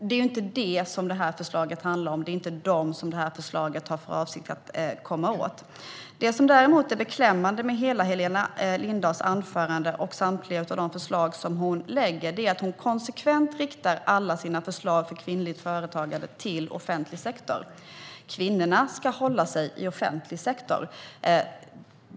Det är inte vad förslaget handlar om, och det är inte dem förslaget har för avsikt att komma åt. Det som däremot är beklämmande med hela Helena Lindahls anförande och med samtliga förslag som hon lägger fram är att hon konsekvent riktar alla sina förslag för kvinnligt företagande till offentlig sektor. Kvinnorna ska hålla sig i offentlig sektor.